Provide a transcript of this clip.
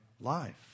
life